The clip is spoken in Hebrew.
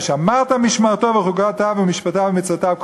ושמרת משמרתו וחֻקֹתיו ומשפטיו ומצותיו,